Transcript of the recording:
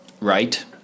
right